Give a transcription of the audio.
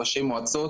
ראשי מועצות